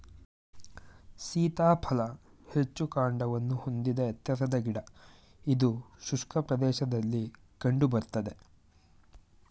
ಸೀತಾಫಲ ಹೆಚ್ಚು ಕಾಂಡವನ್ನು ಹೊಂದಿದ ಎತ್ತರದ ಗಿಡ ಇದು ಶುಷ್ಕ ಪ್ರದೇಶದಲ್ಲಿ ಕಂಡು ಬರ್ತದೆ